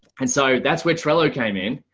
and so that's where trello came in.